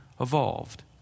evolved